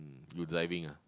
you driving ah